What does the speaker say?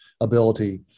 ability